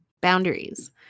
boundaries